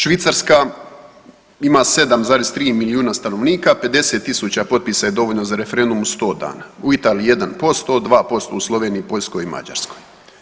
Švicarska ima 7,3 milijuna stanovnika, 50.000 potpisa je dovoljno za referendum u 100 dana, u Italiji 1%, 2% u Sloveniji, Poljskoj i Mađarskoj.